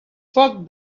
foc